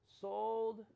sold